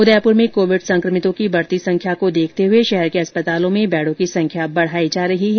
उदयपुर में कोविड संक्रमितों की बढ़ती संख्या को देखते हुए शहर के अस्पतालों में बेडों की संख्या बढ़ाई जा रही है